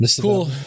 Cool